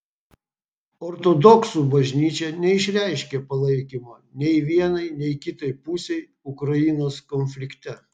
ortodoksų bažnyčia neišreiškė palaikymo nei vienai nei kitai pusei ukrainos konflikte